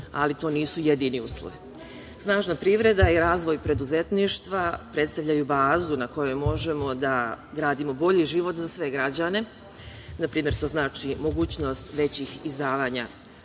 ali to nisu jedini uslovi. Snažna privreda i razvoj preduzetništva predstavljaju bazu na kojoj možemo da gradimo bolji život za sve građane, na primer to znači mogućnost većih izdavanja